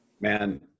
Man